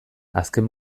azken